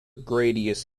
gradius